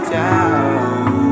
down